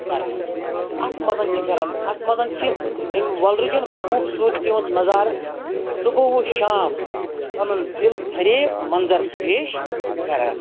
کرنہٕ اَتھ منٛز چھِ کران اَتھ منٛز چھِ اَمہِ وۄلرٕچَن خوٗبصوٗرتی ہُنٛد نظارٕ صُبح وشام پَنُن دِل فریب منظر پیش کران